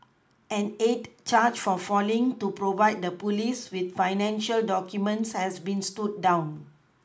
an eight charge for failing to provide the police with financial documents has been stood down